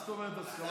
סגן השר,